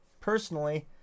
personally